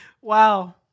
Wow